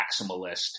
maximalist